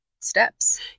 steps